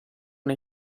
nei